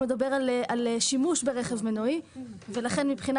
הוא מדבר על שימוש ברכב מנועי ולכן מבחינה